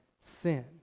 sin